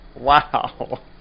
Wow